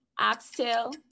Oxtail